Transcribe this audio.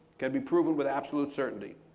can be proven with absolute certainty.